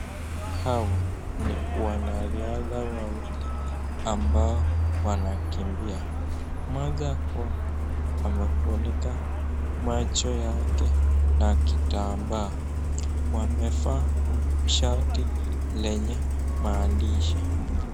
Hawa ni wanariadha wawili ambao wanakimbia. Mmoja amefunika macho yake na kitambaa. Wamevaa shati lenye maandishi.